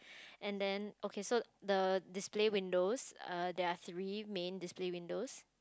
and then okay so the display windows err there are three main display windows